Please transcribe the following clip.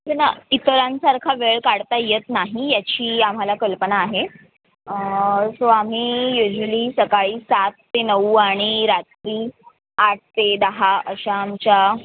ना इतरांसारखा वेळ काढता येत नाही याची आम्हाला कल्पना आहे सो आम्ही युज्वली सकाळी सात ते नऊ आणि रात्री आठ ते दहा अशा आमच्या